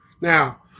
Now